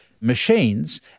machines